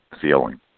feeling